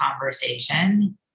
conversation